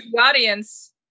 audience